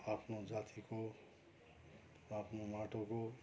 आफ्नो जातिको आफ्नो माटोको